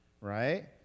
right